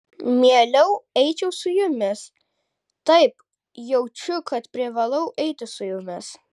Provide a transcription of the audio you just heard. mieliau eičiau su jumis taip jaučiu kad privalau eiti su jumis